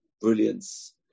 brilliance